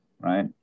right